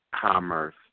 commerce